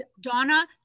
Donna